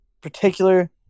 particular